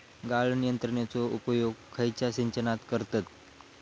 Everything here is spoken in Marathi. गाळण यंत्रनेचो उपयोग खयच्या सिंचनात करतत?